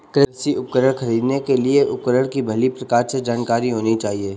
कृषि उपकरण खरीदने के लिए उपकरण की भली प्रकार से जानकारी होनी चाहिए